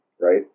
Right